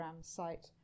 site